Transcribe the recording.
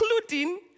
including